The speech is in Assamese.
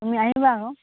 তুমি আহিবা আকৌ